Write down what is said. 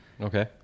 Okay